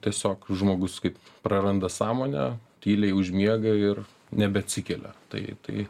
tiesiog žmogus kaip praranda sąmonę tyliai užmiega ir nebeatsikelia tai tai